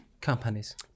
Companies